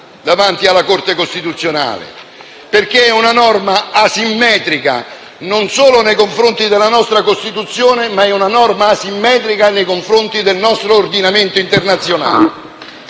davanti alla Corte costituzionale perché è asimmetrica non solo nei confronti della nostra Costituzione ma anche nei confronti del nostro ordinamento internazionale.